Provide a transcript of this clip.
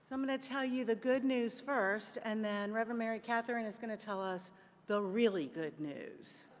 so i'm going to tell you the good news first and then reverend mary katherine is going to tell us the really good news.